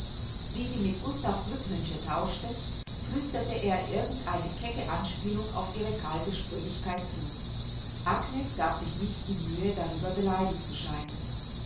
wie sie mit gustav glückwünsche tauschte flüsterte er ihr irgend eine kecke anspielung auf ihre kalte sprödigkeit zu agnes gab sich nicht die mühe darüber beleidigt zu scheinen